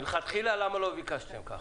מלכתחילה למה לא ביקשתם כך?